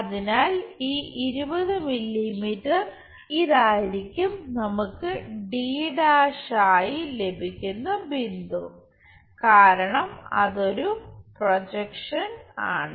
അതിനാൽ 20 മില്ലീമീറ്റർ ഇതായിരിക്കും നമുക്ക് d' ആയി ലഭിക്കുന്ന ബിന്ദു കാരണം അതൊരു പ്രോജെക്ഷൻ ആണ്